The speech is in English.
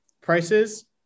prices